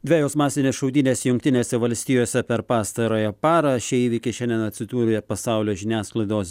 dvejos masinės šaudynės jungtinėse valstijose per pastarąją parą šie įvykiai šiandien atsidūrė pasaulio žiniasklaidos